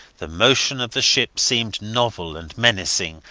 the motion of the ship seemed novel and menacing,